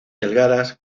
delgadas